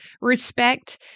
respect